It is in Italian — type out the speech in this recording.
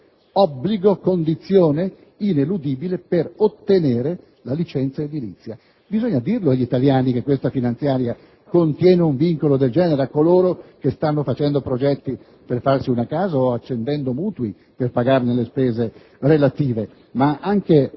obbligo e una condizione ineludibile per ottenere la licenza edilizia. Bisogna dire agli italiani che questa finanziaria contiene un vincolo del genere per quanti stanno facendo progetti per farsi una casa o accendendo mutui per pagarne le spese relative. Occorre